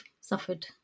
suffered